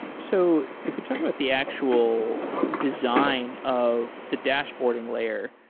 so if we talk about the actual design of the dashboarding layer,